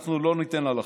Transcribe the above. אנחנו לא ניתן לה לחלוף.